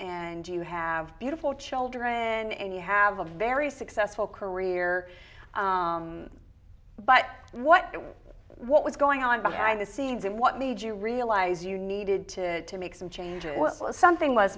and you have beautiful children and you have a very successful career but what what was going on behind the scenes and what made you realize you needed to to make some changes something was